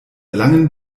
langen